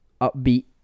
upbeat